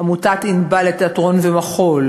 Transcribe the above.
בעמותת "ענבל" לתיאטרון ומחול,